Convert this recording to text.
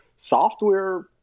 software